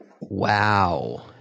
Wow